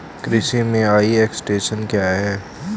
कृषि में e extension क्या है?